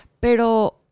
Pero